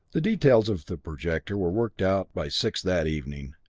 the details of the projector were worked out by six that evening,